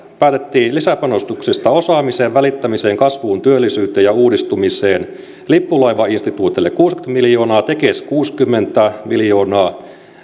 päätettiin lisäpanostuksista osaamiseen välittämiseen kasvuun työllisyyteen ja uudistumiseen lippulaivainstituuteille kuusikymmentä miljoonaa tekes kuusikymmentä miljoonaa